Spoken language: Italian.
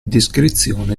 descrizione